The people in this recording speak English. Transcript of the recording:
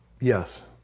Yes